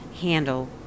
handle